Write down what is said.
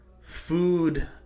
food